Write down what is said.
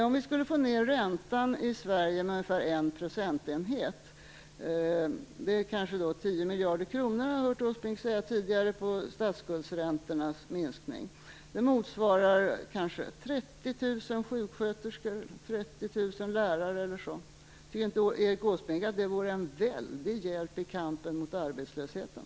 Om vi skulle få ned räntan i Sverige med ungefär en procentenhet - jag har hört Erik Åsbrink tidigare säga att det kanske är en minskning med 10 miljarder kronor på statsskuldsräntorna - motsvarar det kanske 30 000 sjuksköterskor, 30 000 lärare eller så, tycker inte Erik Åsbrink att det vore en väldig hjälp i kampen mot arbetslösheten?